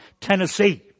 Tennessee